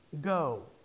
Go